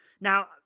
Now